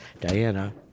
Diana